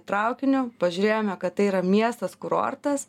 traukiniu pažiūrėjome kad tai yra miestas kurortas